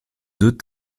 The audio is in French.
deux